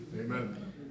Amen